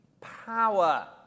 power